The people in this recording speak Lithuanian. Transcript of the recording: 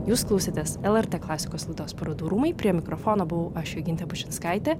jūs klausėtės lrt klasikos laidos parodų rūmai prie mikrofono buvau aš jogintė bučinskaitė